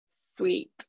sweet